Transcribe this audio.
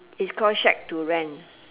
it's called shack to rent